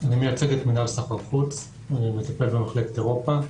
אני מייצג את מנהל סחר חוץ, מטפל במחלקת אירופה.